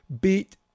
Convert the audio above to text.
beat